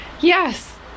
Yes